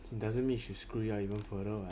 it doesn't mean you should screw it up even further [what]